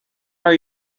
are